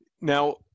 Now